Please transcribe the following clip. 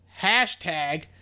hashtag